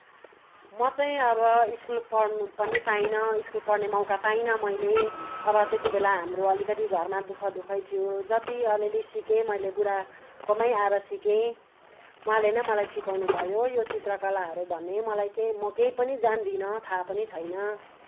म चाहिँ अब स्कुल पढ्नु पनि पाइनँ स्कुल पढ्ने मौका पाइनँ मैले अब त्यति बेला हाम्रो अलिकति घरमा दुःख दुःखै थियो जति अलिअलि सिकेँ मैले बुढाकोमै आएर सिकेँ उहाँले नै मलाई सिकाउनु भयो यो चित्रकलाहरू भन्ने मलाई केही म केही पनि जान्दिनँ थाह पनि छैन